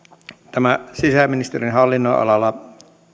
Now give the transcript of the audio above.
tällä sisäministeriön hallinnonalalla